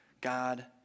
God